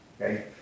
okay